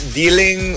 dealing